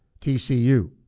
TCU